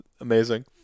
amazing